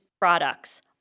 products